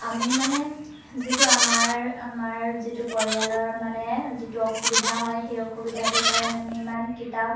আমি মানে যিটো আমাৰ আমাৰ যিটো পৰিয়ালৰ মানে যিটো অসুবিধা হয় সেই অসুবিধাটোৰ কাৰণে আমি ইমান কিতাপ